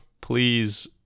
Please